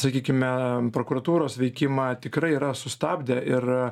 sakykime prokuratūros veikimą tikrai yra sustabdė ir